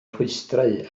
rhwystrau